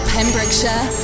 Pembrokeshire